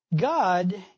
God